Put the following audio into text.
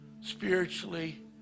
spiritually